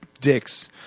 dicks